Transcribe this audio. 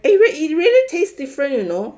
it real it really taste different you know